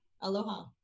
Aloha